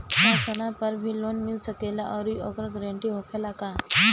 का सोना पर भी लोन मिल सकेला आउरी ओकर गारेंटी होखेला का?